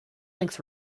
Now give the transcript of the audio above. length